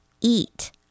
eat